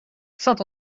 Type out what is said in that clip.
saint